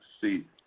see